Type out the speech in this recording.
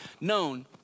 known